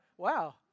wow